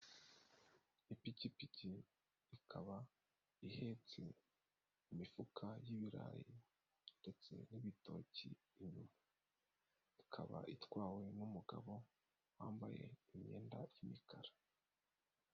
Ipikipiki ikaba ihetse imifuka y'ibirayi ndetse n'ibitoki, ikaba itwawe n'umugabo wambaye imyenda y'imikara.